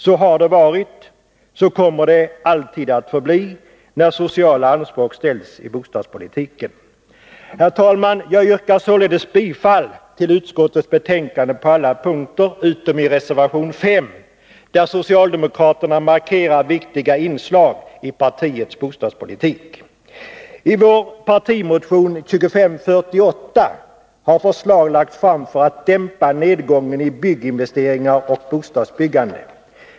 Så har det varit, och så kommer det alltid att förbli, när sociala anspråk ställs i bostadspolitiken. Herr talman! Jag yrkar således bifall till utskottets hemställan på alla punkter, utom när det gäller reservation 5, där socialdemokraterna markerar viktiga inslag i partiets bostadspolitik. I vår partimotion 2548 har förslag lagts fram för att dämpa nedgången i bygginvesteringar och bostadsbyggande.